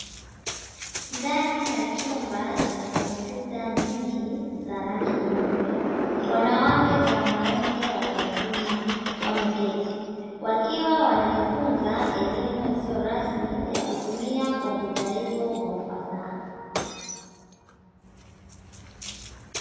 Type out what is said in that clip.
Ndani ya chumba chenye kompyuta nyingi za rangi nyeupe wanawake kwa wanaume watu wazima wameketi wakiwa wanajifunza elimu isiyo rasmi ya kutumia kompyuta hizo kwa ufasaha.